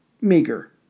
meager